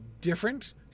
different